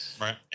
Right